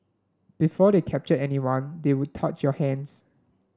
before they captured anyone they would touch your hands